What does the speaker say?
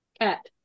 Cat